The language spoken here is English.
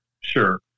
Sure